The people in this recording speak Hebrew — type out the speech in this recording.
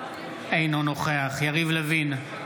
אינו נוכח יריב לוין,